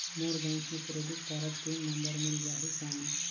मोर bank मे credit card pin number मिल जाहि कौन?